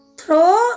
throw